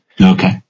Okay